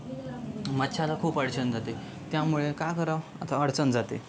मच्छयाला खूप अडचण जाते त्यामुळे काय करावं आता अडचण जाते